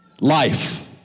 life